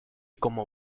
como